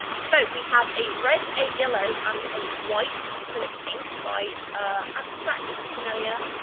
so we have a red, a yellow and a white acrylic ink by ah abstract sennelier,